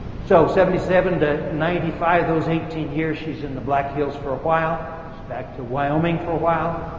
so seventy seven to ninety five, those eighteen years, she's in the black hill for a while. she's back to wyoming for a while.